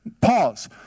pause